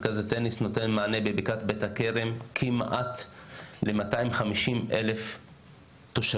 הוא נותן מענה בבקעת בית הקדם כמעט ל-250,000 תושבים.